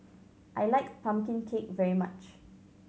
I like pumpkin cake very much